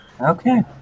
Okay